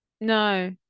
No